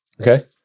Okay